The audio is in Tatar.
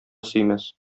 сөймәс